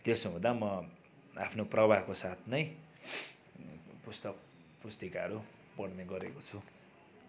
त्यसो हुँदा म आफ्नो प्रवाहको साथ नै पुस्तक पुस्तिकाहरू पढ्ने गरेको छु